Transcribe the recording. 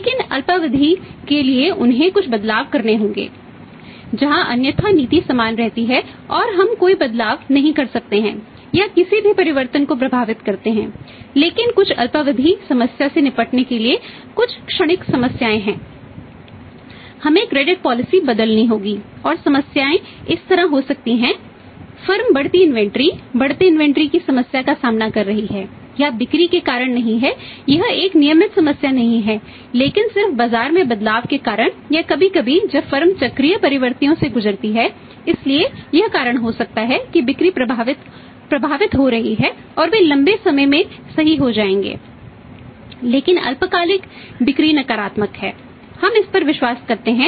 लेकिन अल्पावधि के लिए उन्हें कुछ बदलाव करने होंगे जहां अन्यथा नीति समान रहती है और हम कोई बदलाव नहीं कर सकते हैं या किसी भी परिवर्तन को प्रभावित करते हैं लेकिन कुछ अल्पावधि समस्या से निपटने के लिए कुछ क्षणिक समस्याएं हैं